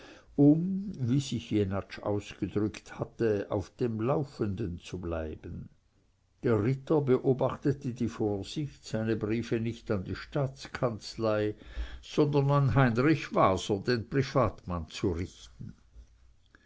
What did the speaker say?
um wie sich jenatsch ausgedrückt hatte auf dem laufenden zu bleiben der ritter beobachtete die vorsicht seine briefe nicht an die staatskanzlei sondern an heinrich waser den privatmann zu richten